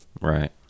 Right